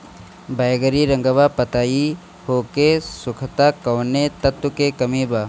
बैगरी रंगवा पतयी होके सुखता कौवने तत्व के कमी बा?